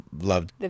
loved